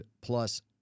plus